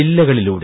ജില്ലകളിലൂടെ